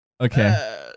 Okay